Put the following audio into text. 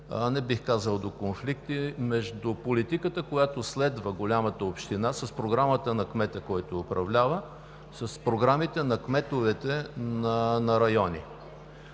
не бих казал до конфликти, между политиката, която следва голямата община с програмата на кмета, който управлява, с програмите на кметовете на райони.